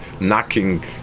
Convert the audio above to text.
knocking